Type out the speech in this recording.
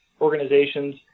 organizations